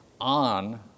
on